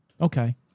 Okay